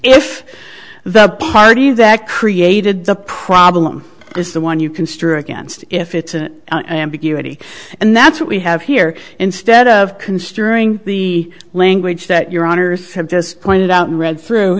if the party that created the problem is the one you construe against if it's an ambiguity and that's what we have here instead of considering the language that your honour's have just pointed out and read through